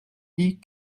dit